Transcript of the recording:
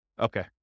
Okay